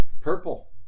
purple